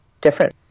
different